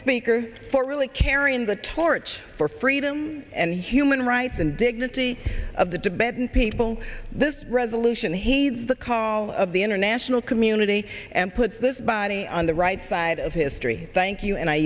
speaker for really carrying the torch for freedom and human rights and dignity of the tibetans people this resolution heed the call of the international community and put this body on the right side of history thank you and i